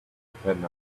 depend